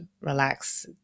relax